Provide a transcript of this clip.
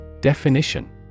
Definition